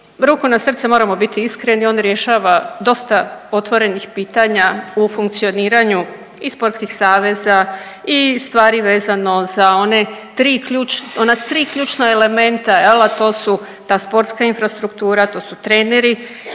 ruku na srcu moramo biti iskreni on rješava dosta otvorenih pitanja u funkcioniranju i sportskih saveza i stvari vezano za one tri ključ…, ona tri ključna elementa jel, a to su ta sportska infrastruktura, to su treneri